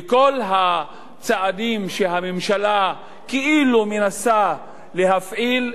וכל הצעדים שהממשלה כאילו מנסה להפעיל,